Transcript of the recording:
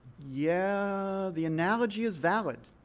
yeah, the analogy is valid.